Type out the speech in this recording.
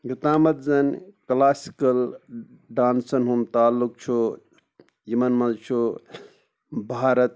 یوٚتامَتھ زَن کٕلاسِکَل ڈانسَن ہُنٛد تعلق چھُ یِمَن منٛز چھُ بھارَت